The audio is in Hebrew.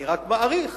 אני רק מעריך